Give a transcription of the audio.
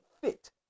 fit